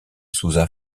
souza